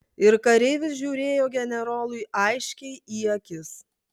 ir kareivis žiūrėjo generolui aiškiai į akis